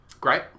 Great